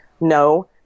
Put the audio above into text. no